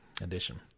edition